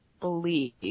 believe